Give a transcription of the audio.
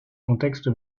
contexte